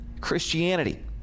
Christianity